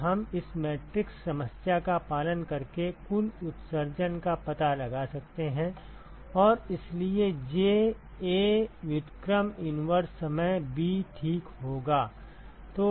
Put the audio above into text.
तो हम इस मैट्रिक्स समस्या का पालन करके कुल उत्सर्जन का पता लगा सकते हैं और इसलिए J A व्युत्क्रम समय b ठीक होगा